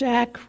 Jack